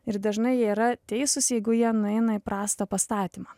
ir dažnai jie yra teisūs jeigu jie nueina į prastą pastatymą